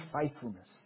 faithfulness